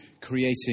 creating